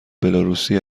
بلاروسی